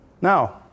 Now